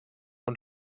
und